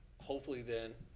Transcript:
hopefully then,